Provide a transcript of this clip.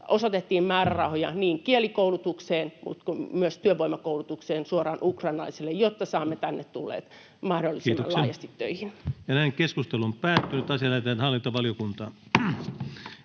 osoitettiin määrärahoja niin kielikoulutukseen kuin myös työvoimakoulutukseen suoraan ukrainalaisille, jotta saamme tänne tulleet mahdollisimman laajasti töihin. Lähetekeskustelua varten esitellään päiväjärjestyksen 8.